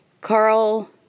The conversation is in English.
Carl